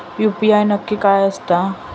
UPI नक्की काय आसता?